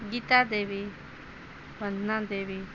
Gita Devi Panna Devi